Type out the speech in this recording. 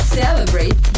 celebrate